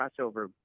crossover